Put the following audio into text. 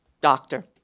doctor